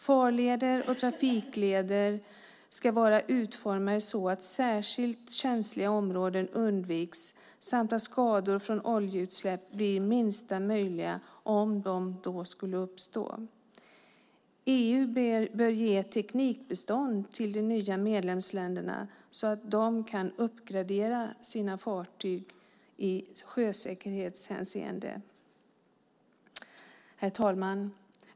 Farleder och trafikleder ska vara utformade så att särskilt känsliga områden undviks samt att skador från oljeutsläpp blir minsta möjliga om de skulle uppstå. EU bör ge teknikbistånd till de nya medlemsländerna så att de kan uppgradera sina fartyg i sjösäkerhetshänseende. Herr talman!